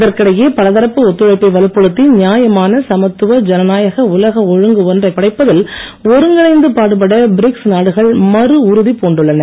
இதற்கிடையே பலதரப்பு ஒத்துழைப்பை வலுப்படுத்தி நியாயமான சமத்துவ ஜனநாயக உலக ஒழுங்கு ஒன்றை படைப்பதில் ஒருங்கிணைந்து பாடுபட பிரிக்ஸ் நாடுகள் மறு உறுதி பூண்டுள்ளன